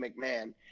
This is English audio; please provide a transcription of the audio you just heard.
McMahon